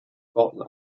bauten